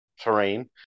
terrain